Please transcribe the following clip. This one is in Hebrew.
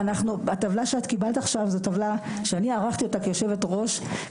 והטבלה שאת קיבלת עכשיו זו טבלה שאני ערכתי אותה כיושבת ראש.